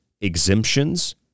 exemptions